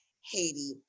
Haiti